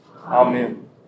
Amen